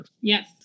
Yes